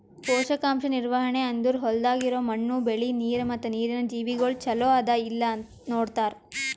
ಪೋಷಕಾಂಶ ನಿರ್ವಹಣೆ ಅಂದುರ್ ಹೊಲ್ದಾಗ್ ಇರೋ ಮಣ್ಣು, ಬೆಳಿ, ನೀರ ಮತ್ತ ನೀರಿನ ಜೀವಿಗೊಳ್ ಚಲೋ ಅದಾ ಇಲ್ಲಾ ನೋಡತಾರ್